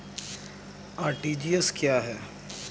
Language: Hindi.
आर.टी.जी.एस क्या है?